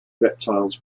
reptiles